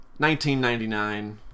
1999